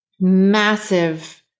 massive